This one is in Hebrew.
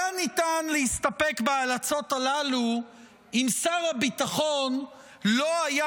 היה ניתן להסתפק בהלצות הללו אם שר הביטחון לא היה